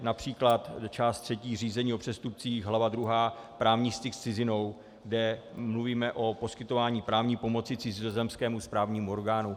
Například část třetí Řízení o přestupcích hlava II Právní styk s cizinou, kde mluvíme o poskytování právní pomoci cizozemskému správnímu orgánu.